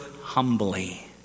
humbly